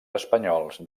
espanyols